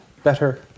Better